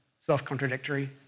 self-contradictory